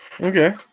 Okay